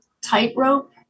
tightrope